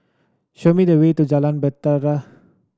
show me the way to Jalan Bahtera